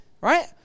right